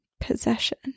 possession